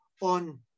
on